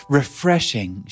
refreshing